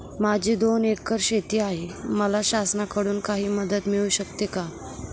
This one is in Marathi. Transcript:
माझी दोन एकर शेती आहे, मला शासनाकडून काही मदत मिळू शकते का?